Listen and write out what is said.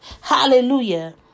hallelujah